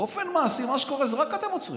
באופן מעשי, מה שקורה, זה רק אתם עוצרים.